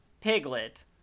Piglet